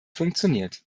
funktioniert